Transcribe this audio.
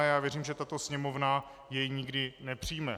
Já věřím, že tato Sněmovna jej nikdy nepřijme.